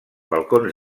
balcons